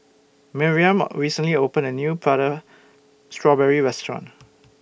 Miriam recently opened A New Prata Strawberry Restaurant